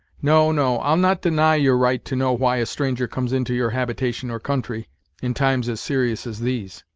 no, no, i'll not deny your right to know why a stranger comes into your habitation or country, in times as serious as these.